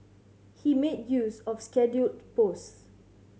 he made use of scheduled posts